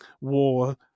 war